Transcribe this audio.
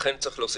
ולכן צריך להוסיף,